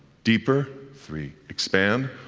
deeper, three, expand,